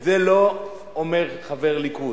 את זה לא אומר חבר ליכוד,